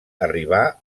arribà